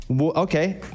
Okay